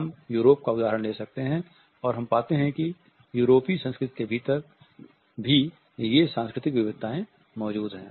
हम यूरोप का उदाहरण ले सकते हैं और हम पाते हैं कि यूरोपीय संस्कृति के भीतर भी ये सांस्कृतिक विविधताएँ मौजूद हैं